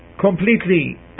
completely